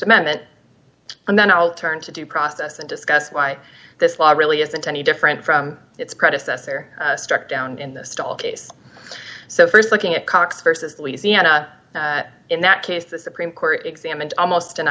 amendment and then i'll turn to due process and discuss why this law really isn't any different from its predecessor struck down in this stall case so st looking at cox versus lisi and in that case the supreme court examined almost an